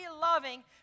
loving